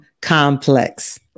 complex